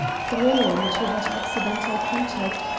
thrilling to that accidental contact,